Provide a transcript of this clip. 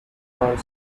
find